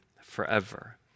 forever